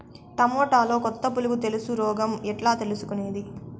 టమోటాలో కొత్త పులుగు తెలుసు రోగం ఎట్లా తెలుసుకునేది?